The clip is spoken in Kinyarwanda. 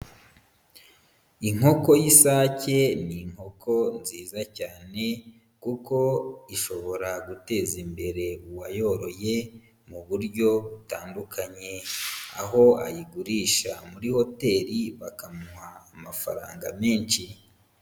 Inkoko y'isake, ni inkoko nziza cyane kuko ishobora guteza imbere uwayoroye mu buryo butandukanye. Aho ayigurisha muri hoteri, bakamuha amafaranga menshi.